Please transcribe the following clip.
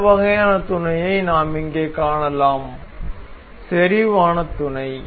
அடுத்த வகையான துணையை நாம் இங்கே காணலாம் செறிவான துணை